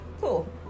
cool